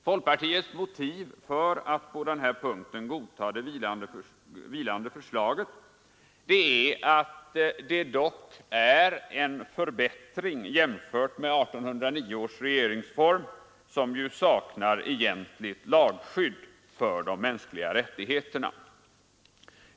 Folkpartiets motiv för att på denna punkt godta det vilande förslaget är att det dock är en förbättring jämfört med 1809 års regeringsform som ju saknar egentligt lagskydd för de mänskliga rättigheterna.